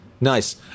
nice